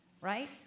right